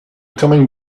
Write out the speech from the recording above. coming